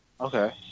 Okay